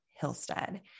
Hillstead